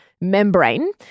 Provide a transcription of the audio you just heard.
membrane